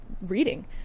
reading